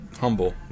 Humble